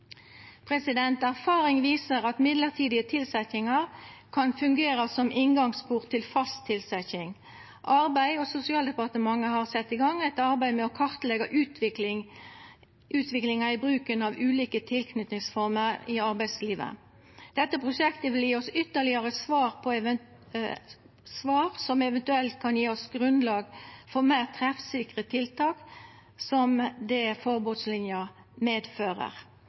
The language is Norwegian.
Erfaring viser at mellombelse tilsetjingar kan fungera som inngangsport til fast tilsetjing. Arbeids- og sosialdepartementet har sett i gong eit arbeid med å kartleggja utviklinga i bruken av ulike tilknytingsformer i arbeidslivet. Dette prosjektet vil gje oss ytterlegare svar, som eventuelt kan gje oss grunnlag for meir treffsikre tiltak enn det forbodslinja medfører.